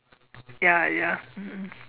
ya ya mm mm